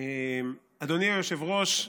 אדוני היושב-ראש,